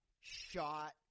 shot